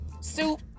soup